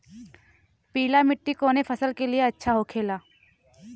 पीला मिट्टी कोने फसल के लिए अच्छा होखे ला?